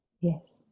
yes